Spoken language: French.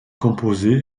composée